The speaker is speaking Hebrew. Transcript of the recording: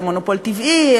זה מונופול טבעי,